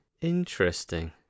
interesting